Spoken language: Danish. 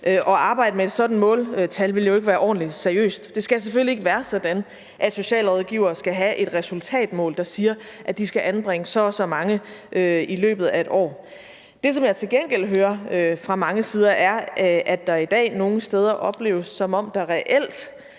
at arbejde med et sådant måltal ville jo ikke været ordentlig seriøst. Det skal selvfølgelig ikke være sådan, at socialrådgivere skal have et resultatmål, der siger, at de skal anbringe så og så mange i løbet af 1 år. Det, som jeg til gengæld hører fra mange sider, er, at det i dag nogle steder opleves, som om der reelt